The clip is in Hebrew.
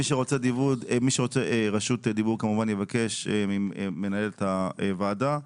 מי שרוצה לדבר, יבקש ממנהלת הוועדה.